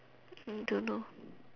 don't know